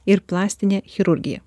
ir plastinė chirurgija